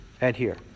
adhere